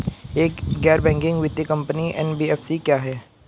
एक गैर बैंकिंग वित्तीय कंपनी एन.बी.एफ.सी क्या है?